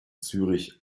zürich